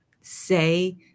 say